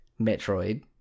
metroid